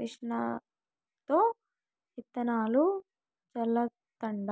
మిషన్లతో ఇత్తనాలు చల్లతండ